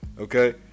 Okay